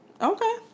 okay